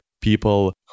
people